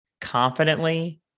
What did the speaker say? confidently